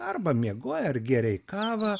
arba miegojai ar gėrei kavą